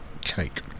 cake